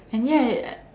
and ya it